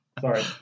Sorry